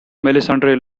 melissandre